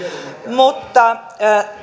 mutta